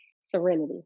serenity